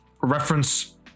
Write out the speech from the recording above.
reference